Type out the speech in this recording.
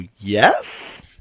yes